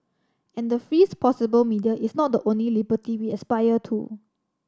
and the freest possible media is not the only liberty we aspire to